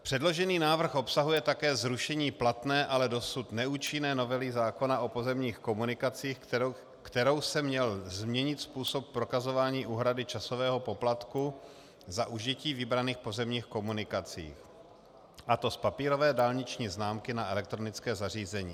Předložený návrh obsahuje také zrušení platné, ale dosud neúčinné novely zákona o pozemních komunikacích, kterou se měl změnit způsob prokazování úhrady časového poplatku za užití vybraných pozemních komunikací, a to z papírové dálniční známky na elektronické zařízení.